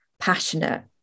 passionate